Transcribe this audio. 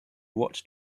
watched